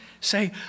say